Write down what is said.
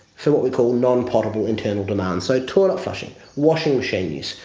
for what we call non-potable internal demand. so toilet flushing, washing machine use,